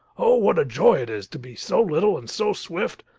oh, what joy it is to be so little and so swift,